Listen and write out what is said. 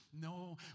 no